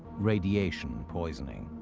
radiation poisoning.